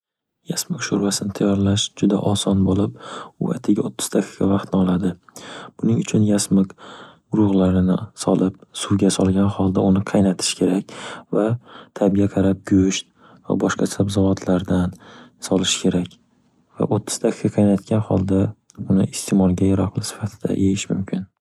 Yasmiq sho'rvasini tayyorlash juda oson bo'lib, u atiga o'ttiz daqiqa vaqtni oladi. Buning uchun yasmiq urug'larini solib suvga solgan holda uni qaynatish kerak va tabga qarab go'sht va boshqa sabzavotlardan solishi kerak va o'ttiz daqiqa kaynatgan holda uni isteʼmolga yaroqli sifatida yeyish mumkin.